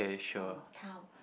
from town